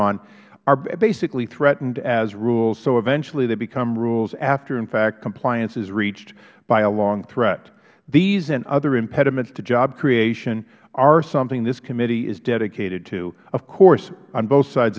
are basically threatened as rules so eventually they become rules after in fact compliance is reached by a long threat these and other impediments to job creation are something this committee is dedicated to of course on both sides